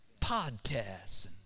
Podcasts